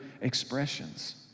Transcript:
expressions